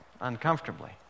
uncomfortably